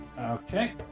Okay